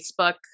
Facebook